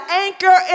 anchor